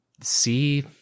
see